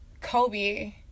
Kobe